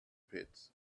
pits